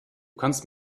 kannst